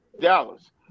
Dallas